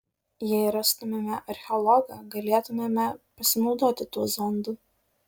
jei rastumėme archeologą galėtumėme pasinaudoti tuo zondu